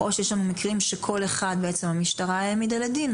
או שיש לנו מקרים שכל אחד בעצם המשטרה העמידה לדין,